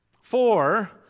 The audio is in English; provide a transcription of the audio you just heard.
Four